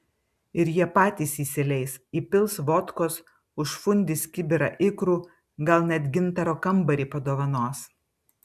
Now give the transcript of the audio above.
ir jie patys įsileis įpils vodkos užfundys kibirą ikrų gal net gintaro kambarį padovanos